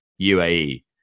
UAE